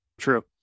true